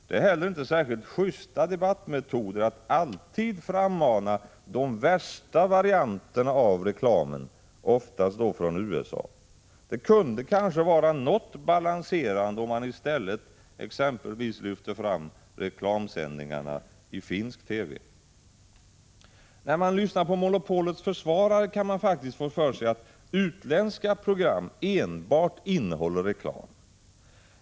Det är heller inte särskilt justa debattmetoder att alltid frammana de värsta varianterna av reklam, oftast från USA. Det kunde kanske vara något balanserande om man i stället lyfte fram exempelvis reklamsändningarna i finsk TV. När man lyssnar på monopolets försvarare, kan man faktist få för sig att utländska program enbart innehåller reklam.